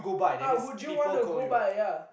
ah would you want to go by ya